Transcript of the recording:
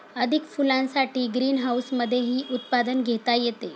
अधिक फुलांसाठी ग्रीनहाऊसमधेही उत्पादन घेता येते